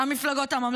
אז הפעם זה נכון.